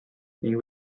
ning